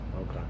Okay